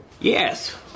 Yes